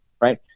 Right